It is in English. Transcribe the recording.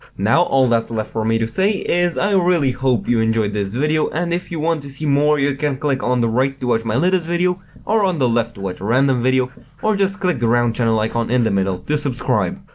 now all that's left for me to say is i really do hope you enjoyed this video and if you want to see more you can click on the right to watch my latest video or on the left to watch a random video or just click the round channel icon in the middle to subscribe.